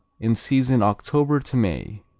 in season october to may.